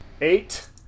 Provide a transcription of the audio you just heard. Eight